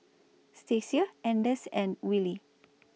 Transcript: Stacia Anders and Willie